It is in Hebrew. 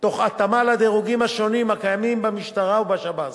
תוך התאמה לדירוגים השונים הקיימים במשטרה ובשב"ס,